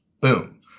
Boom